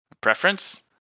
Preference